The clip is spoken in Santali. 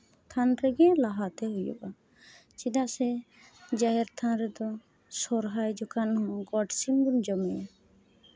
ᱛᱷᱟᱱ ᱨᱮᱜᱮ ᱞᱟᱦᱟᱛᱮ ᱦᱩᱭᱩᱜᱼᱟ ᱪᱮᱫᱟᱜ ᱥᱮ ᱡᱟᱦᱮᱨ ᱛᱷᱟᱱ ᱨᱮᱫᱚ ᱥᱚᱨᱦᱟᱭ ᱡᱚᱠᱷᱟᱱ ᱜᱚᱴ ᱥᱤᱢ ᱵᱚᱱ ᱡᱚᱢᱮᱭᱟ